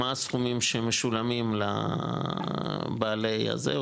מה הסכומים שמשולמים לבעלי הזה,